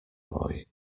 boy